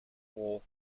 war